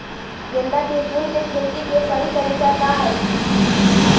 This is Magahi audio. गेंदा के फूल के खेती के सही तरीका का हाई?